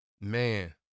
man